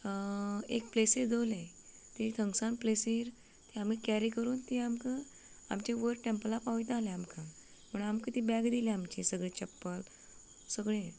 एक प्लेसीर दवरलें तीं थंग सावन प्लेसीर तीं आमी कॅरी करून ती आमकां आमचे वयर टॅम्पलांत पावयता आसले आमकां म्हूण आमकां ती बॅग दिल्या आमची सगळीं छप्पल सगळीं